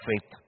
faith